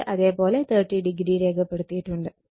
ഇത് അതേ പോലെ 30o രേഖപ്പെടുത്തിയിട്ടുണ്ട്